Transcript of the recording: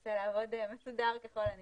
ונעשה את זה מאוד מסודר ככל הניתן.